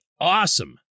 awesome